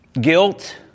guilt